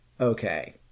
okay